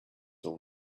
all